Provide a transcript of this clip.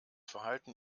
verhalten